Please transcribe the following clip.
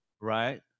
Right